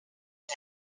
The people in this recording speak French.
une